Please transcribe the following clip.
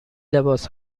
لباس